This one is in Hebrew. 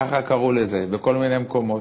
ככה קראו לזה, בכל מיני מקומות.